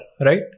right